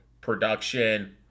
production